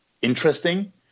interesting